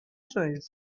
choice